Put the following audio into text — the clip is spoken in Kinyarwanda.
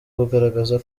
kugaragaza